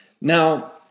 Now